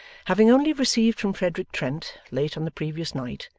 having only received from frederick trent, late on the previous night,